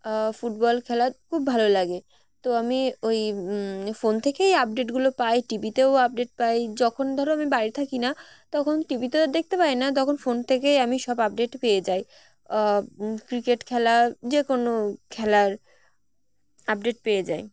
football খেলা খুব ভালো লাগে তো আমি ওই ফোন থেকেই আপডেটগুলো পাই টিভিতেও আপডেট পাই যখন ধরো আমি বাড়রে থাকি না তখন টিভিতেও দেখতে পাই না তখন ফোন থেকেই আমি সব আপডেট পেয়ে যাই ক্রিকেট খেলা যে কোনো খেলার আপডেট পেয়ে যাই